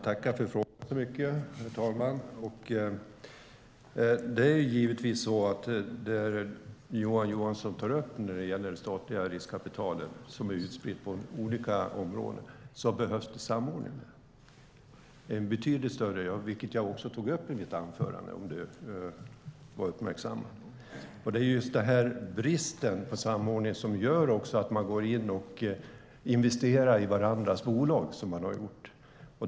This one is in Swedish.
Herr talman! Det behövs samordning av det statliga riskkapitalet som är utspritt på olika områden. Det tog jag också upp i mitt anförande. Det är just bristen på samordning som gör att man går in och investerar i varandras bolag.